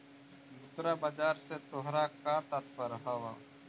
मुद्रा बाजार से तोहरा का तात्पर्य हवअ